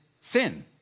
sin